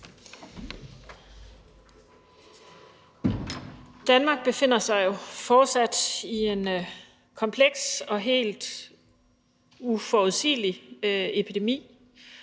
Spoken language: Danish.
Danmark befinder sig jo fortsat i en kompleks og helt uforudsigelig epidemi,